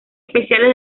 especiales